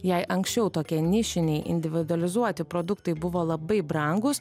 jei anksčiau tokie nišiniai individualizuoti produktai buvo labai brangūs